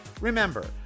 Remember